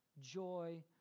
joy